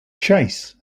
chase